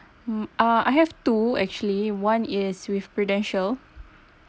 mm uh I have two actually one is with Prudential